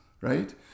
right